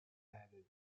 added